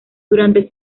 durante